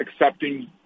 accepting